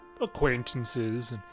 acquaintances